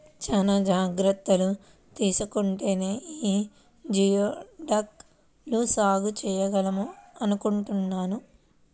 చానా జాగర్తలు తీసుకుంటేనే యీ జియోడక్ ల సాగు చేయగలమంటన్నారు